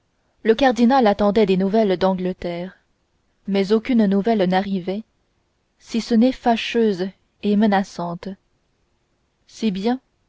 le cardinal attendait des nouvelles d'angleterre mais aucune nouvelle n'arrivait si ce n'est fâcheuse et menaçante si bien